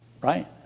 Right